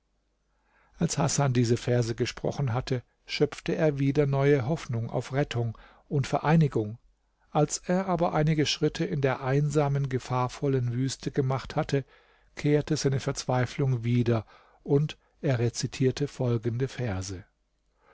als hasan diese verse gesprochen hatte schöpfte er wieder neue hoffnung auf rettung und vereinigung als er aber einige schritte in der einsamen gefahrvollen wüste gemacht hatte kehrte seine verzweiflung wieder und er rezitierte folgende verse